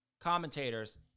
commentators